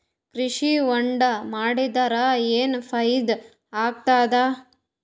ಕೃಷಿ ಹೊಂಡಾ ಮಾಡದರ ಏನ್ ಫಾಯಿದಾ ಆಗತದ?